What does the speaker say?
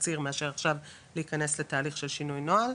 תצהיר מאשר עכשיו להיכנס לתהליך של שינוי נוהל.